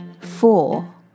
Four